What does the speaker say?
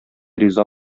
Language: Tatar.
риза